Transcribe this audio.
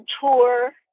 tour